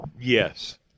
Yes